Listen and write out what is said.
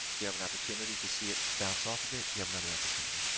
you have an opportunity. if you see it bounce off of it, you have another opportunity.